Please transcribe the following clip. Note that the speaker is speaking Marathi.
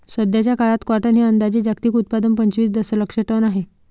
सध्याचा काळात कॉटन हे अंदाजे जागतिक उत्पादन पंचवीस दशलक्ष टन आहे